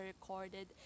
recorded